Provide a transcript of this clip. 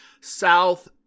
south